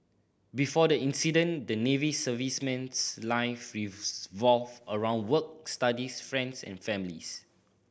before the incident the Navy serviceman's life around work studies friends and families